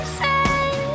say